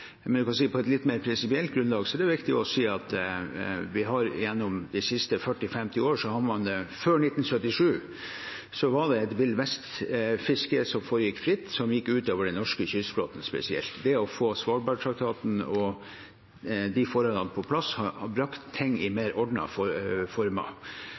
Men på et litt mer prinsipielt grunnlag er det viktig å si at gjennom de 40–50 siste år, før 1977, har det vært et villvestfiske som har foregått fritt, og som har gått ut over den norske kystflåten spesielt. Det å få Svalbardtraktaten og de forholdene på plass har brakt ting i mer ordnede former.